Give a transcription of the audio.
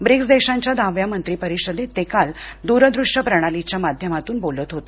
BRICS देशांच्या दहाव्या मंत्री परिषदेत ते काल दूर दृश्य प्रणालीच्या माध्यमातून बोलत होते